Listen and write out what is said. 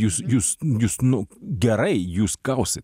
jūs jūs jūs nu gerai jūs gausit